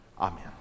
Amen